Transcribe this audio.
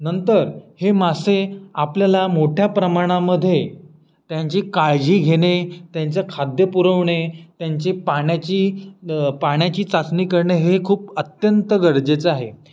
नंतर हे मासे आपल्याला मोठ्या प्रमाणामध्ये त्यांची काळजी घेणे त्यांचं खाद्य पुरवणे त्यांची पाण्याची पाण्याची चाचणी करणे हे खूप अत्यंत गरजेचं आहे